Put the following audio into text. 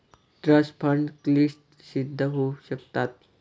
trust fund क्लिष्ट सिद्ध होऊ शकतात